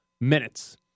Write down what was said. minutes